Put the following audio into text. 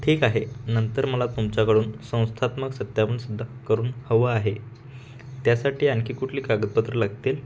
ठीक आहे नंतर मला तुमच्याकडून संस्थात्मक सत्यापनसुद्धा करून हवं आहे त्यासाठी आणखी कुठली कागदपत्रं लागतील